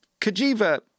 Kajiva